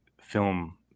film